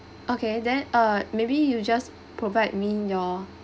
okay then uh maybe you just provide me your